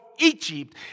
Egypt